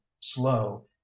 slow